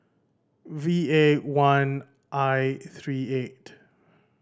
V A one I three eight